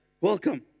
welcome